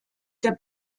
der